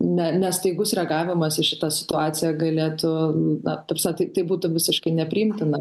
ne ne staigus reagavimas į šitą situaciją galėtų na ta prasme tai tai būtų visiškai nepriimtina